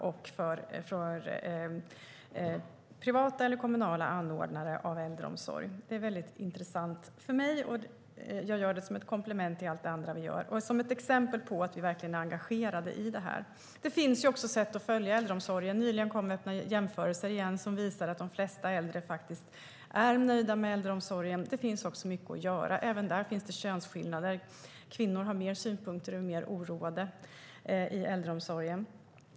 Det gäller både privata och kommunala anordnare av äldreomsorg. Det är mycket intressant, och jag gör det som ett komplement till allt det andra som vi gör. Det är ett exempel på att vi verkligen är engagerade i frågan. Det finns sätt att följa äldreomsorgen. Nyligen kom öppna jämförelser som visar att de flesta äldre är nöjda med äldreomsorgen. Men det finns mycket att göra. Även där finns könsskillnader. Kvinnor har fler synpunkter och är mer oroade i äldreomsorgen.